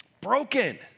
broken